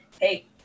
hey